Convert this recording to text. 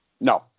No